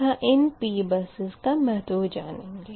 तथा इन P bus का महत्व जनेंगे